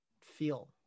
feel